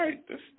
Right